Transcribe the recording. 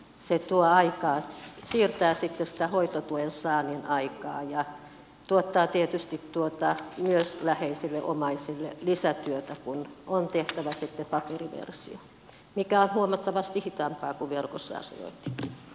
se siirtää sitten sitä hoitotuen saannin aikaa ja tuottaa tietysti myös läheisille omaisille lisätyötä kun on tehtävä sitten paperiversio mikä on huomattavasti hitaampaa kuin verkossa asiointi